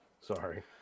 Sorry